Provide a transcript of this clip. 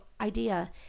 idea